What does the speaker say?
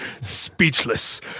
Speechless